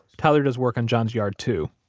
tyler does work on john's yard too.